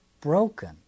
broken